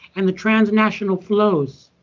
and the transnational flows.